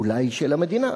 אולי של המדינה,